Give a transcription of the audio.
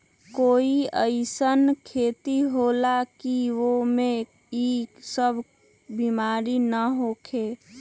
कोई अईसन खेती होला की वो में ई सब बीमारी न होखे?